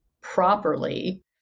properly